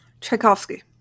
Tchaikovsky